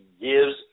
gives